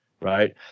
right